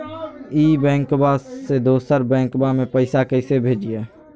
ई बैंकबा से दोसर बैंकबा में पैसा कैसे भेजिए?